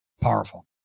powerful